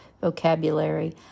vocabulary